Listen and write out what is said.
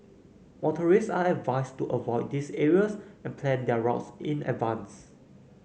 motorist are advised to avoid these areas and plan their routes in advance